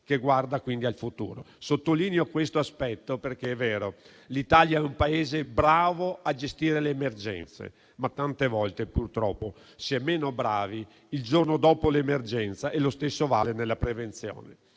che guarda quindi al futuro. Sottolineo questo aspetto perché - è vero - l'Italia è un Paese bravo a gestire le emergenze, ma tante volte purtroppo si è meno bravi il giorno dopo l'emergenza e lo stesso vale per la prevenzione.